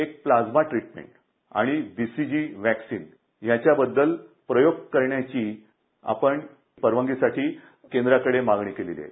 एक plasma treatment आणि एक डिसीसी व्यॉकसीन याच्याबद्दल प्रयोग करण्याची आपण परवानगीसाठी केंद्राकडे मागणी केलेली आहे